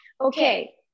okay